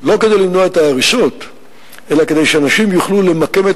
לא כדי למנוע את ההריסות אלא כדי שאנשים יוכלו למקם את